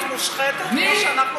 מושחתת כמו שאנחנו קיבלנו החלטה להיות,